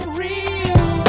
real